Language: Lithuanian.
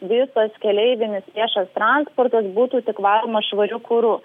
visas keleivinis viešas transportas būtų tik varomas švariu kuru